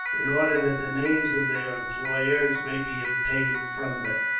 in order that the names of their employers might be obtained from them.